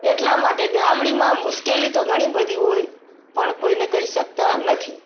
એટલા માટે ગામડીમાં મુશ્કેલી તો ઘણી બધી હોય પણ કોઇને કહી શકતા નથી